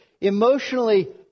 emotionally